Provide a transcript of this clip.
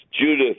Judith